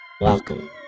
Welcome